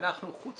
חוץ